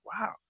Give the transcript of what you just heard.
wow